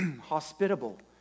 Hospitable